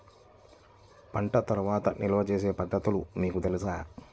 పంట తర్వాత నిల్వ చేసే పద్ధతులు మీకు తెలుసా?